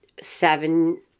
seven